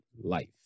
life